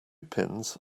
pins